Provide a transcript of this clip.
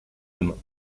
demain